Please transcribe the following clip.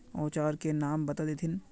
औजार के नाम बता देथिन?